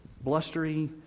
blustery